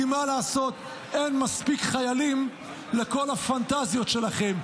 כי מה לעשות, אין מספיק חיילים לכל הפנטזיות שלכם.